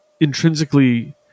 intrinsically